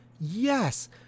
Yes